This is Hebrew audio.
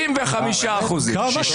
65%. כמה?